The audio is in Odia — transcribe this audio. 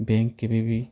ବ୍ୟାଙ୍କ୍ କେବେ ବି